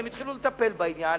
והם התחילו לטפל בעניין,